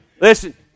Listen